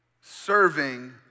serving